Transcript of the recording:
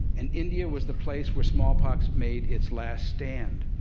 and india was the place where smallpox made its last stand.